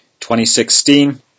2016